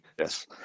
Yes